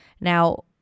Now